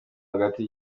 hagati